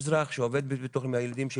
ואזרח שעובד עם הילדים שלי,